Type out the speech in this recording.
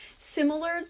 similar